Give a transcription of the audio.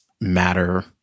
matter